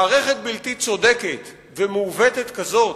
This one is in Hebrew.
מערכת בלתי צודקת ומעוותת כזאת,